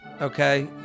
okay